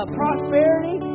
prosperity